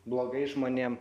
blogais žmonėm